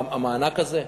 המענק הזה?